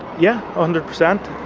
yeah. a hundred percent.